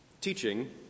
teaching